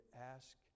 ask